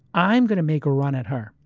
i'm going to make a run at her.